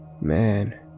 Man